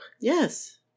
Yes